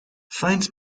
find